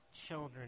children